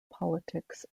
politics